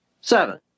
seven